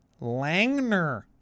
Langner